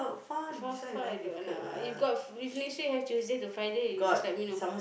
far far I don't want ah if got if next week have Tuesday to Friday you just let me know